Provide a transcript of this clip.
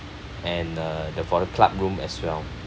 and uh the for the club room as well